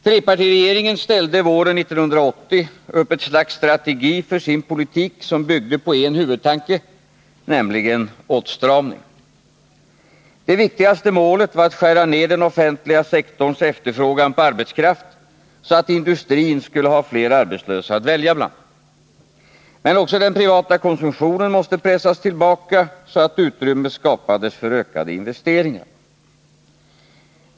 Trepartiregeringen ställde våren 1980 upp ett slags strategi för sin politik som byggde på en huvudtanke, nämligen åtstramning. Det viktigaste målet var att skära ner den offentliga sektorns efterfrågan på arbetskraft så att industrin skulle ha fler arbetslösa att välja bland. Men också den privata konsumtionen måste pressas tillbaka så att utrymme skapades för ökade investeringar.